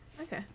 okay